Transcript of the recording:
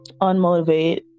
unmotivated